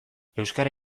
euskara